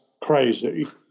crazy